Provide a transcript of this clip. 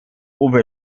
uwe